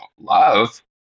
love